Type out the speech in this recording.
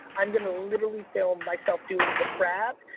i'm gonna literally film myself doing the crab,